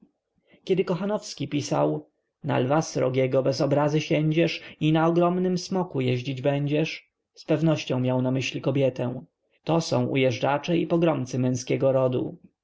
kiedy kochanowski pisał na lwa srogiego bez obrazy siędziesz i na ogromnym smoku jeździć będziesz zpewnością miał na myśli kobietę to są ujeżdżacze i pogromcy męskiego rodu